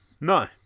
No